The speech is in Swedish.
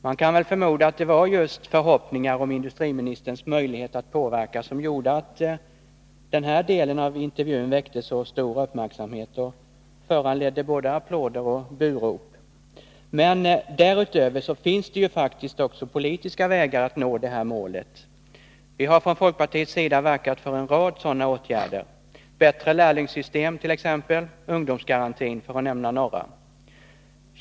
Man kan väl förmoda att det var just förhoppningar om industriministerns möjligheter att påverka som gjorde att den här delen av intervjun väckte så stor uppmärksamhet och föranledde både applåder och bu-rop. Men därutöver finns det ju faktiskt också politiska vägar att nå det här målet. Vi har från folkpartiets sida verkat för en rad sådana åtgärder: bättre lärlingssystem och ungdomsgarantin — för att nämna ett par exempel.